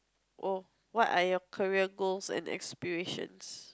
oh what are your career goals and aspirations